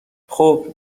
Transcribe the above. خوب